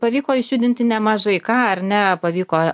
pavyko išjudinti nemažai ką ar ne pavyko